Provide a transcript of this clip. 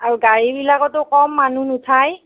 আৰু গাড়ীবিলাকতো কম মানুহ নুঠাই